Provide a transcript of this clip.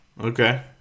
okay